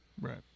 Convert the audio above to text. right